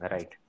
Right